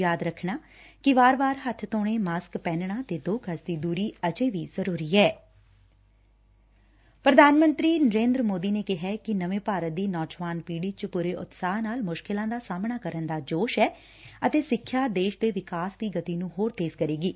ਯਾਦ ਰੱਖਣਾ ਏ ਕਿ ਵਾਰ ਵਾਰ ਹੱਬ ਧੋਣੇ ਮਾਸਕ ਪਹਿਨਣਾ ਤੇ ਦੋ ਗਜ਼ ਦੀ ਦੂਰੀ ਅਜੇ ਵੀ ਜ਼ਰੂਰੀ ਹੈ ਪ੍ਰਧਾਨ ਮੰਤਰੀ ਨਰੇਂਦਰ ਮੋਦੀ ਨੇ ਕਿਹੈ ਕਿ ਨਵੇਂ ਭਾਰਤ ਦੀ ਨੌਜਵਾਨ ਪੀਤੀ ਚ ਪੂਰੇ ਉਤਸ਼ਾਹ ਨਾਲ ਮੁਸ਼ਕਿਲਾਂ ਦਾ ਸਾਹਮਣਾ ਕਰਨ ਦਾ ਜੋਸ਼ ਐ ਅਤੇ ਸਿੱਖਿਆ ਦੇਸ਼ ਦੇ ਵਿਕਾਸ ਦੀ ਗਤੀ ਨੂੰ ਹੋਰ ਤੇਜ਼ ਕਰੇਗੀ